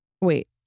Wait